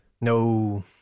No